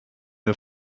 wir